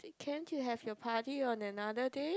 can't you have your party on another day